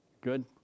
Good